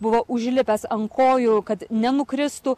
buvo užlipęs ant kojų kad nenukristų